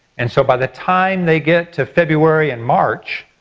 and so by the time they get to february and march,